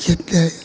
जितने